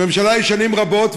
הממשלה קיימת שנים רבות,